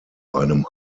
einem